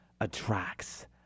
attracts